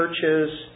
churches